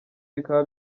bikaba